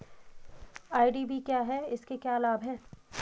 IDV क्या है इसमें क्या लाभ है?